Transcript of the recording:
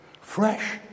Fresh